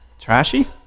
Trashy